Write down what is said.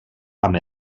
amb